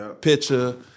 picture